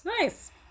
nice